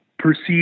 perceive